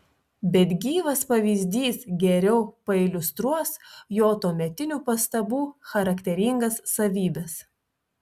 bet gyvas pavyzdys geriau pailiustruos jo tuometinių pastabų charakteringas savybes